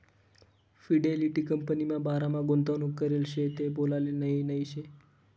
Fidelity कंपनीमा बारामा गुंतवणूक करेल शे ते बोलाले नही नही शे